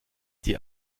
die